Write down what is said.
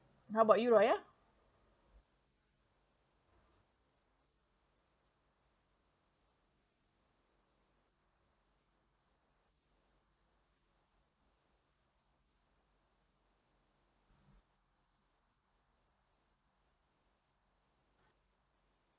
how about you raya